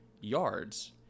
yards